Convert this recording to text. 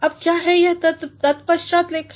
अब क्या है यह ततपश्चात लेखन